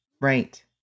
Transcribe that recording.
Right